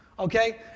okay